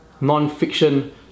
non-fiction